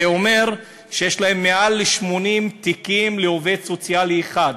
זה אומר שיש מעל 80 תיקים לעובד סוציאלי אחד.